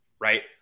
Right